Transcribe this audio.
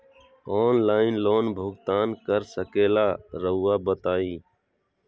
Online loan भुगतान कर सकेला राउआ बताई?